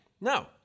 No